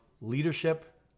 leadership